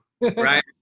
right